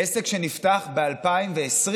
עסק שנפתח ב-2020,